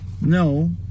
no